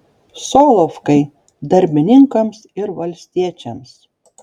solovkai darbininkams ir valstiečiams